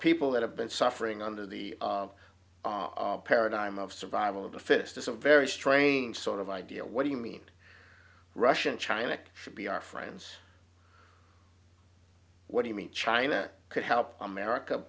people that have been suffering under the paradigm of survival of the fittest is a very strange sort of idea what do you mean russia and china should be our friends what do you mean china could help america